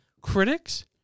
Critics